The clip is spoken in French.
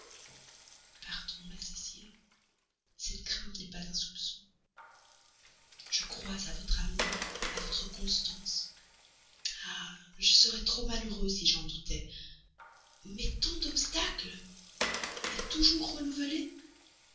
cécile cette crainte n'est pas un soupçon je crois à votre amour à votre constance ah je serais trop malheureux si j'en doutais mais tant d'obstacles toujours renouvelés